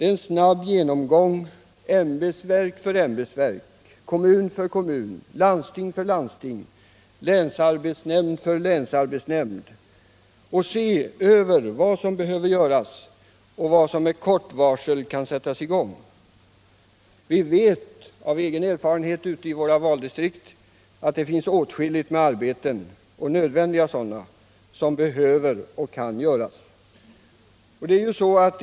— är en snabb genomgång ämbetsverk för ämbetsverk, kommun för kommun, landsting för landsting och länsarbetsnämnd för länsarbetsnämnd för att se vad som behöver göras och vad som kan sättas i gång med kort varsel. Vi vet av egen erfarenhet ute i våra valdistrikt att det finns åtskilligt med arbeten som behöver och kan komma till utförande.